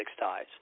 ties